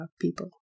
people